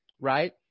Right